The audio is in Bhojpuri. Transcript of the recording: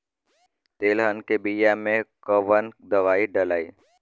तेलहन के बिया मे कवन दवाई डलाई?